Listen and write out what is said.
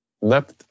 Left